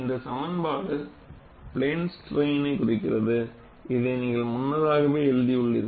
இந்த சமன்பாடு பிளேன் ஸ்ட்ரைன்யை குறிக்கிறது இதையும் நீங்கள் முன்னதாகவே எழுதியுள்ளீர்கள்